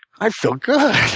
i'd feel good.